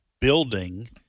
building